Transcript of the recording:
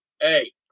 hey